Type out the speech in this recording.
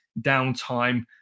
downtime